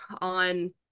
on